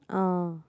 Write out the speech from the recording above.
oh